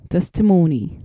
Testimony